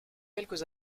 quelques